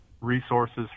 resources